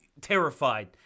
terrified